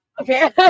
Okay